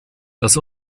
das